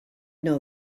know